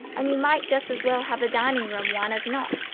and you might just as well have the dining-room one as not.